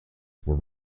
were